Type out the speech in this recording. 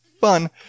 Fun